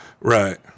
Right